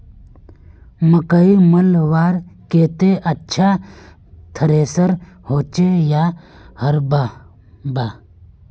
मकई मलवार केते अच्छा थरेसर होचे या हरम्बा?